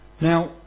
Now